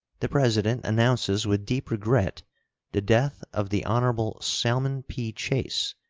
the president announces with deep regret the death of the hon. salmon p. chase,